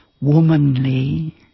womanly